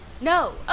No